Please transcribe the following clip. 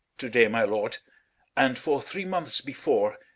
to-day, my lord and for three months before,